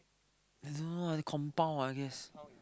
I don't know ah they compound I guess